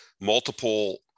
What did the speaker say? multiple